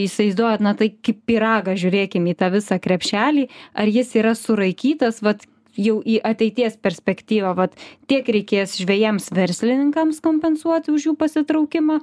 įsivaizduojate na tai kaip į pyragą žiūrėkim į tą visą krepšelį ar jis yra suraikytas vat jau į ateities perspektyvą vat tiek reikės žvejams verslininkams kompensuoti už jų pasitraukimą